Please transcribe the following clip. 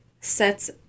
sets